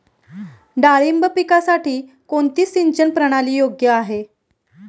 डाळिंब पिकासाठी कोणती सिंचन प्रणाली योग्य आहे?